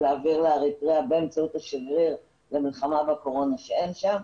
להעביר לאריתריאה באמצעות השגריר למלחמה בקורונה שאין שם.